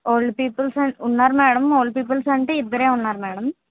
old peoples ఉన్నారు madam old peoples అంటే ఇద్దరే ఉన్నారు మేడం